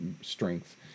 strength